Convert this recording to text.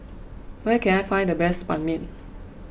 where can I find the best Ban Mian